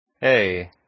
Hey